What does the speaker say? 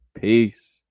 Peace